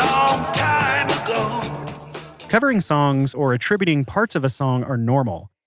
um covering songs or attributing parts of a song are normal.